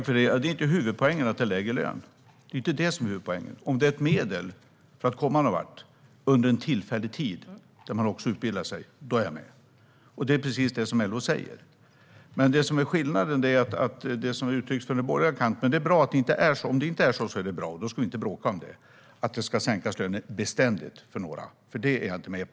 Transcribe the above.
Fru talman! Lägre lön är inte huvudpoängen. Om det är ett tillfälligt medel för att komma någon vart under en tid när man också utbildar sig, då är jag med. Det är precis det som LO säger. Det har inte riktigt uttryckts så från den borgerliga kanten. Det har varit mer att det ska sänkas löner beständigt för några, och det är jag inte med på. Men det är bra om det inte är så, och då ska vi inte bråka om det.